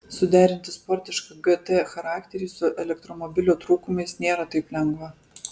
suderinti sportišką gt charakterį su elektromobilio trūkumais nėra taip lengva